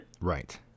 Right